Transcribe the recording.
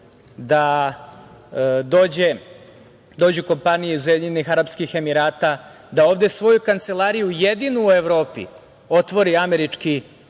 da dođu kompanije iz Ujedinjenih Arapskih Emirata, da ovde svoju kancelariju, jedinu u Evropi, otvori američki